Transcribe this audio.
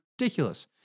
ridiculous